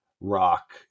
rock